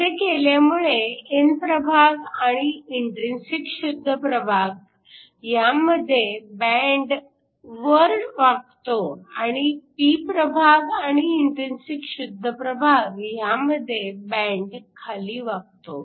असे केल्यामुळे n प्रभाग आणि इंट्रिनसिक शुद्ध प्रभाग ह्यांमध्ये बँड वर वाकतो आणि p प्रभाग आणि इंट्रिनसिक शुद्ध प्रभाग ह्यामध्ये बँड खाली वाकतो